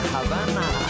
Havana